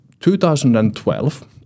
2012